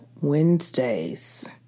Wednesdays